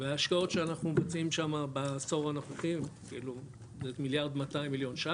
וההשקעות שאנחנו מבצעים שמה בעשור הנוכחי 1.200 מיליארד ₪